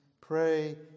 Pray